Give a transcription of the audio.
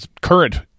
current